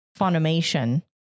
Funimation